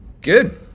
Good